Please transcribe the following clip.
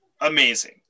Amazing